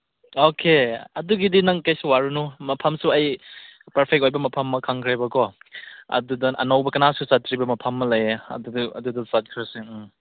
okay ꯑꯗꯨꯒꯤꯗꯤ ꯅꯪ ꯀꯩꯁꯨ ꯋꯥꯔꯨꯅꯨ ꯃꯐꯝꯁꯨ ꯑꯩ ꯄꯔꯐꯦꯛ ꯑꯣꯏꯕ ꯃꯐꯝ ꯑꯃ ꯈꯪꯈ꯭ꯔꯦꯕꯀꯣ ꯑꯗꯨꯗ ꯑꯅꯧꯕ ꯀꯅꯥꯁꯨ ꯆꯠꯇ꯭ꯔꯤꯕ ꯃꯐꯝ ꯑꯃ ꯂꯩꯌꯦ ꯑꯗꯨꯗ ꯆꯠꯈ꯭ꯔꯁꯦ ꯎꯝ